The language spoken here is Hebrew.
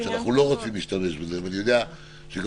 כשאנחנו לא רוצים להשתמש בזה ואני יודע שגם